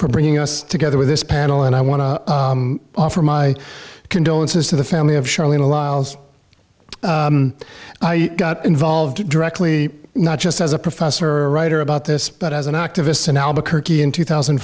for bringing us together with this panel and i want to offer my condolences to the family of charlene a lot i got involved directly not just as a professor or writer about this but as an activist in albuquerque in two thousand